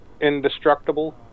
indestructible